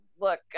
look